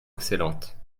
excellentes